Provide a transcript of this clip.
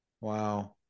Wow